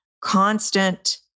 constant